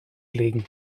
legen